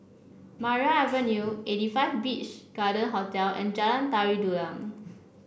Maria Avenue eighty five Beach Garden Hotel and Jalan Tari Dulang